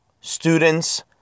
students